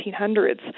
1800s